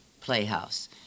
Playhouse